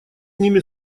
ними